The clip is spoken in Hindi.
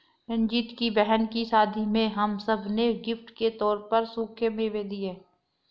रंजीत की बहन की शादी में हम सब ने गिफ्ट के तौर पर सूखे मेवे दिए